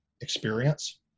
experience